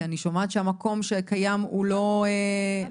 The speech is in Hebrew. כי אני שומעת שהמקום שקיים הוא לא מלא.